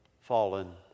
fallen